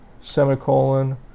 semicolon